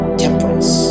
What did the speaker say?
temperance